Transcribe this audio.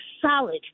solid